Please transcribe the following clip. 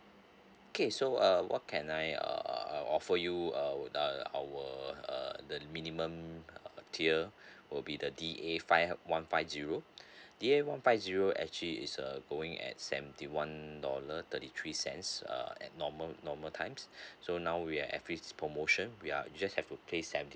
okay so uh what can I uh offer you a a our err the minimum um tier will be the D A five one five zero D A one five zero actually is err going at seventy one dollar thirty three sense uh at normal normal times so now we have this promotion we are just have to pay seven